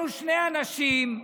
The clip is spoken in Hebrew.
שני אנשים שרוצים,